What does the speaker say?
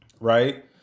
right